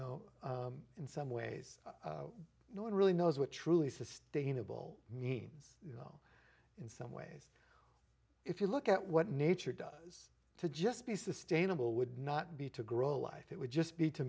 know in some ways no one really knows what truly sustainable means in some ways if you look at what nature does to just be sustainable would not be to grow life it would just be to